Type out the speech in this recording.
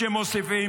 היושב-ראש,